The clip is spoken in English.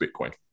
bitcoin